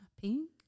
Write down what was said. pink